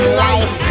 life